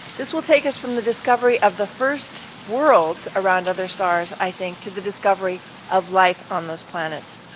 this will take us from the discovery of the first worlds around other stars i think to the discovery of life on those planets.